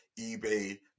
eBay